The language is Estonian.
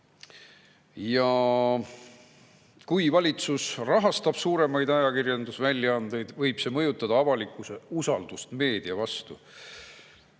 Ja kui valitsus rahastab suuremaid ajakirjandusväljaandeid, võib see mõjutada avalikkuse usaldust meedia vastu.